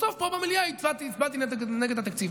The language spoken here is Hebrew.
בסוף פה במליאה הצבעתי נגד התקציב.